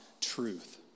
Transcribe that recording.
truth